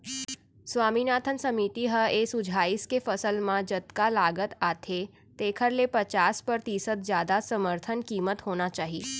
स्वामीनाथन समिति ह ए सुझाइस के फसल म जतका लागत आथे तेखर ले पचास परतिसत जादा समरथन कीमत होना चाही